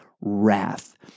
wrath